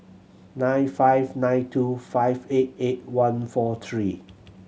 nine five nine two five eight eight one four three